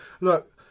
Look